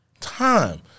Time